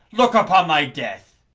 look upon thy death.